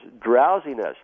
drowsiness